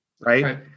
right